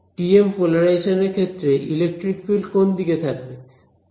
TM polarisation এর ক্ষেত্রে electric field কোন দিকে থাকবে